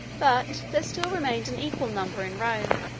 but there still remained an equal number in rome,